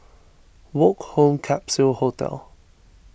Woke Home Capsule Hotel